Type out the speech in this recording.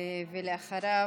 אחריו,